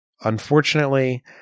unfortunately